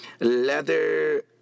leather